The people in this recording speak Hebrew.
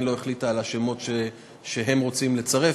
לא החליטה על השמות שהם רוצים לצרף,